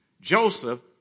Joseph